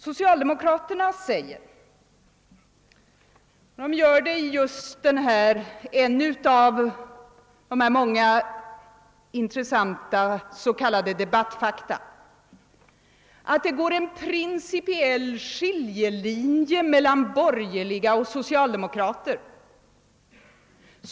Socialdemokraterna säger — de gör det just i en av de många intressanta s.k. Debattfakta — att det går en principiell skiljelinje mellan borgerliga och socialdemokrater.